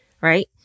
right